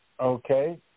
Okay